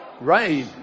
rain